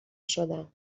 شدم